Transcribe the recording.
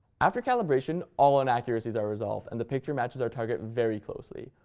after calibration, all inaccuracies are resolved, and the picture matches our target very closely.